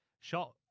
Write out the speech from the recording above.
Shot